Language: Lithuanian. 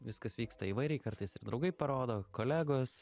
viskas vyksta įvairiai kartais ir draugai parodo kolegos